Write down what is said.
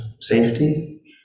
safety